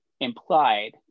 implied